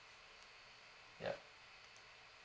yup